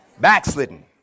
Backslidden